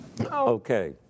Okay